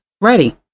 ready